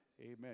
amen